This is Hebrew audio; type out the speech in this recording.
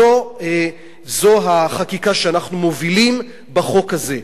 זו החקיקה שאנחנו מובילים בחוק הזה.